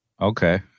Okay